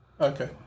Okay